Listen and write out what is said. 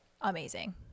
amazing